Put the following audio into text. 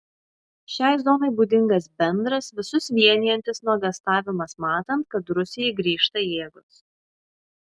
šiai zonai būdingas bendras visus vienijantis nuogąstavimas matant kad rusijai grįžta jėgos